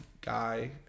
guy